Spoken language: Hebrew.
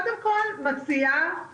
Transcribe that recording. אני קודם כל מציעה הסברה,